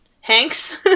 Hanks